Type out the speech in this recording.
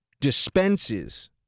dispenses